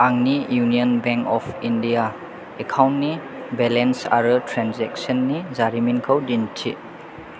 आंनि union bank of India एकाउन्टनि balance आरो ट्रेनजेक्सननि जारिमिनखौ दिन्थि